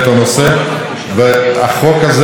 וכמובן לסביבה שלנו,